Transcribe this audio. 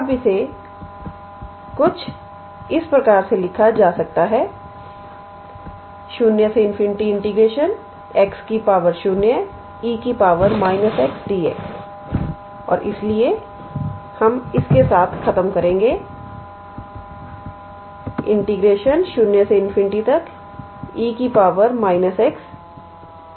अबइसे कुछ इस तरह से लिखा जा सकता है0∞𝑥 0𝑒 −𝑥𝑑𝑥 और इसलिए हम इसके साथ खत्म करेंगे0∞𝑒 −𝑥𝑑𝑥